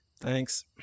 Thanks